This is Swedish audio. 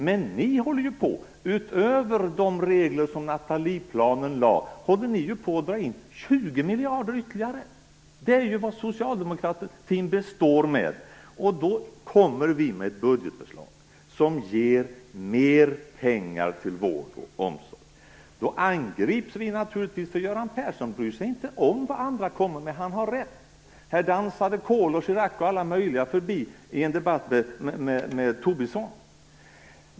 Men ni håller utöver vad som ingick i Natalieplanen på att dra in ytterligare 20 miljarder. Det är vad socialdemokratin består oss med. Vi kommer med ett budgetförslag som ger pengar till vård och omsorg, och då angrips vi naturligtvis. Göran Persson bryr sig inte om vad andra säger - han har ju rätt. Här dansade Kohl, Girac och alla möjliga andra förbi i en debatt med Tobisson.